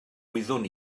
wyddwn